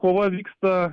kova vyksta